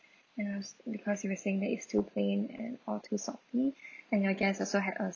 ya because you were saying that it's too plain and or too salty and your guests also had a